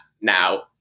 now